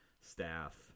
staff